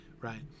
right